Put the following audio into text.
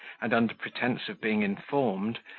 and, under pretence of being informed,